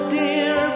dear